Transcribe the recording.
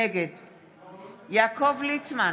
נגד יעקב ליצמן,